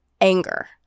anger